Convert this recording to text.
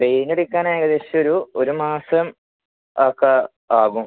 paint അടിക്കാൻ ഏകദേശം ഒരു ഒരു മാസം ഒക്കെ ആകും